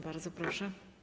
Bardzo proszę.